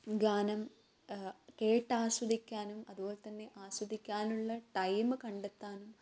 ഗാനം കേട്ട് ആസ്വദിക്കാനും അതുപോലെ തന്നെ ആസ്വദിക്കാനുമുള്ള ടൈമ് കണ്ടെത്താനും